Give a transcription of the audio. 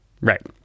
Right